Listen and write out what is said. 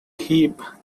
heap